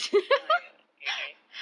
oh ya okay okay